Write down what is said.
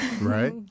Right